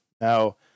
Now